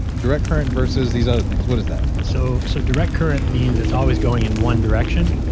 direct current versus these other things. what is that? so so direct current means it's always going in one direction,